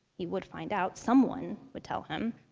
he would find out. someone would tell him.